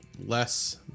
less